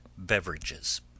beverages